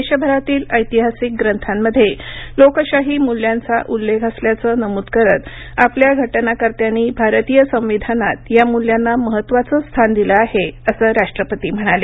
देशातील ऐतिहासिक ग्रंथांमध्ये लोकशाही मूल्यांचा उल्लेख असल्याचं नमूद करत आपल्या घटनाकर्त्यांनी भारतीय संविधानात या मूल्यांना महत्वाचं स्थान दिलं आहे असं राष्ट्रपती म्हणाले